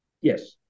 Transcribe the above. Yes